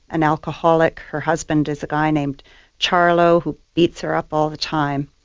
an alcoholic. her husband is a guy named charlo who beats her up all the time.